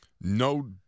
No